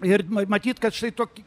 ir m matyt kad štai toki